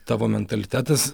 tavo mentalitetas